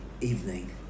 evening